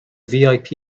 vip